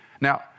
Now